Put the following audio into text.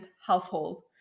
household